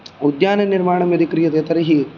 उद्याननिर्माणं यदि क्रियते तर्हि